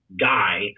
Guy